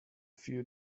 few